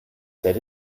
said